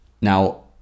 Now